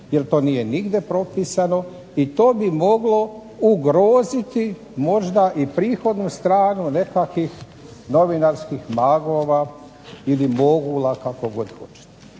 jer to nije nigdje propisano i to bi moglo ugroziti možda i prihodnu stranu nekakvih novinarskih magova ili mogula kako god hoćete.